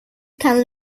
kan